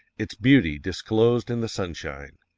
its beauty disclosed in the sunshine,